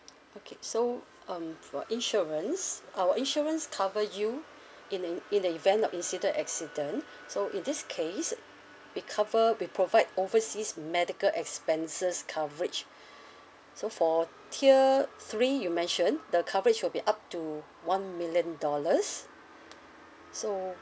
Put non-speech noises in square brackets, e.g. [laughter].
okay so um for insurance our insurance cover you in the in the event of incident accident so in this case we cover we provide overseas medical expenses coverage [breath] so for tier three you mentioned the coverage will be up to one million dollars so